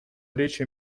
речь